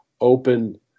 open